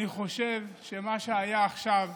אני חושב שמה שהיה עכשיו